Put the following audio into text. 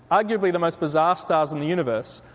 arguably the most bizarre stars in the universe,